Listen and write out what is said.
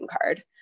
card